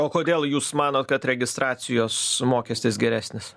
o kodėl jūs manot kad registracijos mokestis geresnis